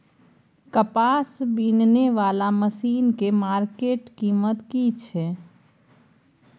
कपास बीनने वाला मसीन के मार्केट कीमत की छै?